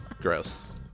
Gross